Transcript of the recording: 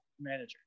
manager